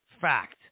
fact